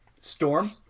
Storm